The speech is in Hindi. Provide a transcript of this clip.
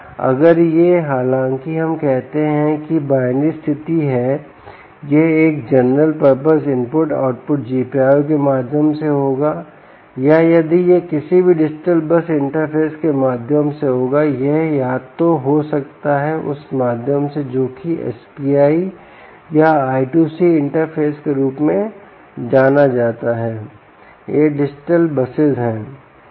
अगर यह हालांकि हम कहते हैं एक बाइनरी स्थिति यह एक general purpose input output GPIO के माध्यम से होगा या यदि यह किसी भी डिजिटल बस इंटरफेस के माध्यम से होगा यह या तो हो सकता है उस माध्यम से जोकि एसपीआई या I2C इंटरफेस के रूप में जाना जाता है ये डिजिटल बसेस हैं